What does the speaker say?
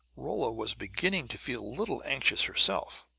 rolla was beginning to feel a little anxious herself.